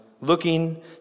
looking